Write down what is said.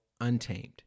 untamed